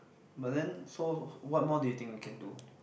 but then so what more do you think we can do